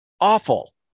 awful